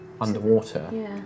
Underwater